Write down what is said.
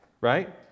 right